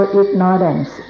ignorance